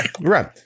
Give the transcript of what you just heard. right